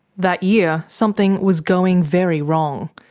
that year, something was going very wrong.